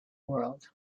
world